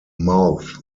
mouth